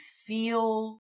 feel